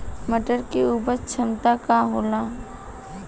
मटर के उपज क्षमता का होला?